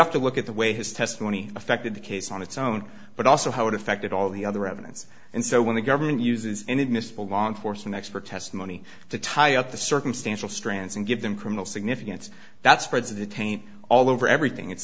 have to look at the way his testimony affected the case on its own but also how it affected all the other evidence and so when the government uses inadmissible long for some expert testimony to tie up the circumstantial strands and give them criminal significance that spreads the taint all over everything it's